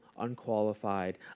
unqualified